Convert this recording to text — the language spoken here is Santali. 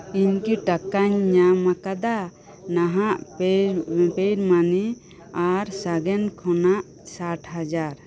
ᱤᱧ ᱠᱤ ᱴᱟᱠᱟᱧ ᱧᱟᱢ ᱟᱠᱟᱫᱟ ᱱᱟᱦᱟᱜ ᱯᱮ ᱯᱮ ᱢᱟᱱᱤ ᱟᱨ ᱥᱟᱜᱮᱱ ᱠᱷᱚᱱᱟᱜ ᱥᱟᱴ ᱦᱟᱡᱟᱨ